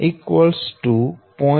29